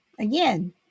Again